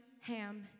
Ham